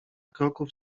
kroków